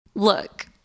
Look